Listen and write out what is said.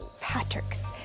Patrick's